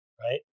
right